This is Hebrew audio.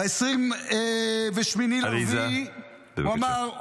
ב-28 באפריל הוא אמר,